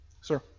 sir